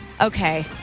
Okay